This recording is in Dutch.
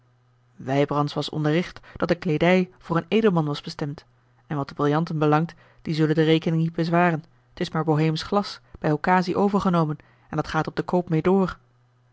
wijbrandsz was onderricht dat de kleedij voor een edelman was bestemd en wat de brillanten belangt die zullen de rekening niet bezwaren t is maar boheemsch glas bij occasie overgenomen en dat gaat op den koop meê door